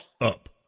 up